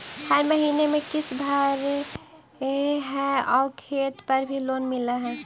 हर महीने में किस्त भरेपरहै आउ खेत पर भी लोन मिल है?